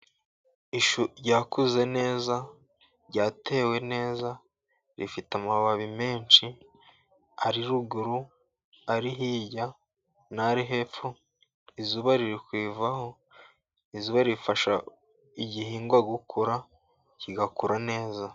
Ishu ryakuze neza, ryatewe neza, rifite amababi menshi ari ruguru, ari hirya, n'ari hepfo. Izuba riri kurivaho. Izuba rifasha igihingwa gukura, kigakura neza.